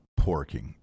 porking